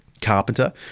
carpenter